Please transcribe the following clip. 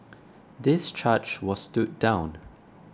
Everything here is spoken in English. this charge was stood down